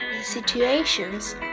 situations